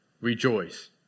rejoice